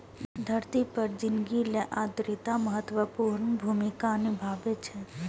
धरती पर जिनगी लेल आर्द्रता महत्वपूर्ण भूमिका निभाबै छै